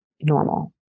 normal